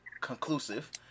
conclusive